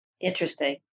Interesting